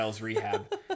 rehab